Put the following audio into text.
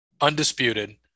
undisputed